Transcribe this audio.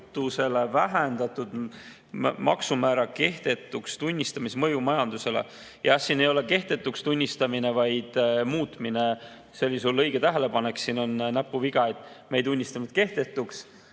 vähendatud maksumäära kehtetuks tunnistamise mõju majandusele. Jah, siin ei [peaks olema] kehtetuks tunnistamine, vaid muutmine. See oli sul õige tähelepanek, siin on näpuviga. Me ei tunnistanud kehtetuks,